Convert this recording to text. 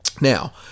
Now